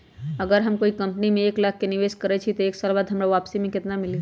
अगर हम कोई कंपनी में एक लाख के निवेस करईछी त एक साल बाद हमरा वापसी में केतना मिली?